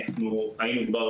היינו כבר